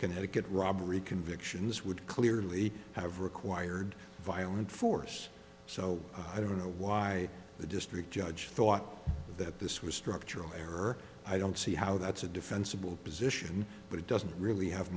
connecticut robbery convictions would clearly have required violent force so i don't know why the district judge thought that this was structural error i don't see how that's a defensible position but it doesn't really have